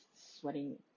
sweating